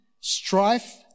strife